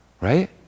Right